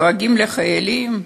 דואגים לחיילים?